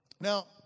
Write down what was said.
Now